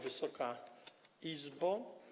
Wysoka Izbo!